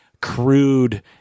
crude